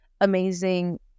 amazing